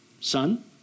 son